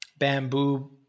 bamboo